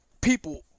people